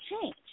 change